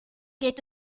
geht